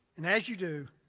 and as you do,